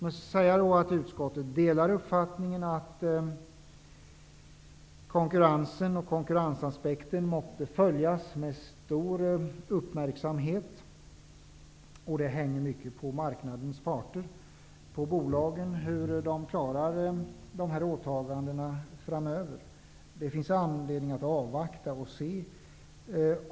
Utskottet delar uppfattningen att konkurrensaspekten måtte följas med stor uppmärksamhet. Det hänger mycket på marknadens parter, på bolagen, hur de klarar åtagandena framöver. Det finns anledning att avvakta och se.